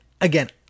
again